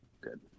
good